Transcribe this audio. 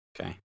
Okay